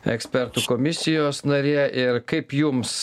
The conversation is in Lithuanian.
ekspertų komisijos narė ir kaip jums